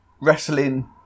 wrestling